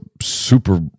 super